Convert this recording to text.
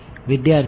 વિદ્યાર્થી હા